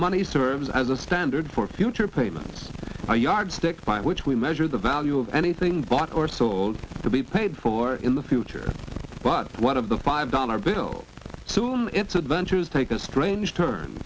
money serves as a standard for future payments a yardstick by which we measure the value of anything bought or sold to be paid for in the future but one of the five dollar bills it's adventures take a strange turn